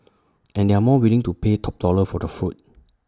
and they are more willing to pay top dollar for the fruit